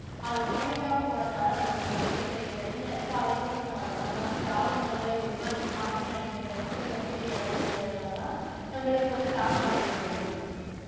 அதை கவனிக்காமல் போகிறதால நம்மளுக்கு நம்ம பெரிய பெரிய பிரச்சின இருக்குது அதை யோசிக்க மாட்டோம் நம்ம வந்து ஜாலி மூடுல இது ஃபன் அப்படினு நினைக்கறத மட்டும் யோசித்து எல்லாத்தையும் செய்கிறதால தான் நம்மளுக்கு வந்து தாக்கலாம் ஏற்படுது